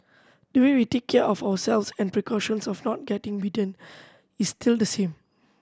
the way we take care of ourselves and precautions of not getting bitten is still the same